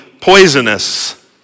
poisonous